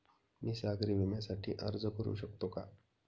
मी सागरी विम्यासाठी अर्ज करू शकते का?